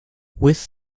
whiz